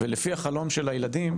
לפי החלום של הילדים,